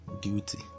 duty